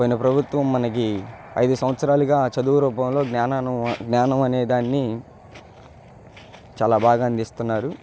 పోయిన ప్రభుత్వం మనకి ఐదు సంవత్సరాలుగా చదువు రూపంలో జ్ఞానమనేదాన్ని చాలా బాగా అందిస్తున్నారు